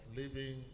living